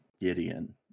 gideon